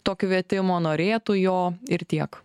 to kvietimo norėtų jo ir tiek